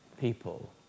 people